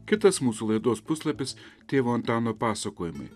kitas mūsų laidos puslapis tėvo antano pasakojimai